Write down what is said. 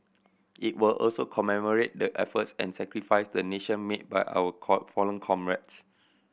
it will also commemorate the efforts and sacrifice the nation made by our call fallen comrades